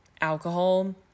alcohol